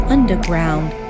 Underground